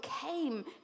came